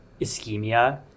ischemia